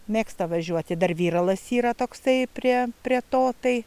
mėgsta važiuoti dar viralas yra toksai prie prie to tai